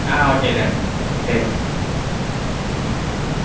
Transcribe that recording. ஆ okay done சரி ஆ